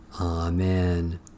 Amen